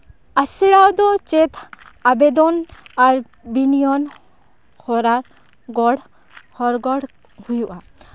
ᱟᱥᱲᱟ ᱫᱚ ᱪᱮᱫ ᱟᱵᱮᱫᱚᱱ ᱟᱨ ᱵᱤᱱᱤᱭᱚᱱ ᱦᱚᱨᱟ ᱜᱚᱲ ᱦᱚᱨ ᱜᱚᱲ ᱦᱩᱭᱩᱜᱼᱟ